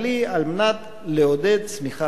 כדי לעודד צמיחה ברשויות.